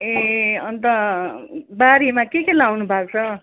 ए अन्त बारीमा के के लाउनु भएको छ